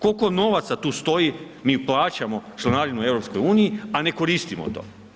Koliko novaca tu stoji, mi plaćamo članarinu EU-i, a ne koristimo to.